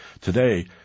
Today